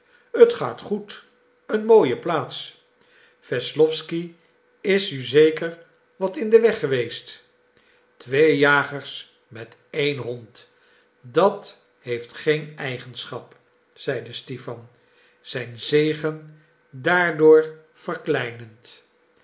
het gaat goed een mooie plaats wesslowsky is u zeker wat in den weg geweest twee jagers met één hond dat heeft geen eigenschap zeide stipan zijn zege daardoor verkleinend